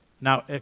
Now